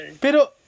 Pero